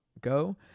Go